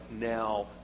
now